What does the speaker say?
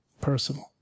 personal